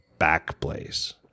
Backblaze